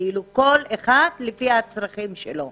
כל אחד לפי הצרכים שלו.